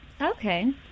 okay